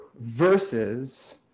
Versus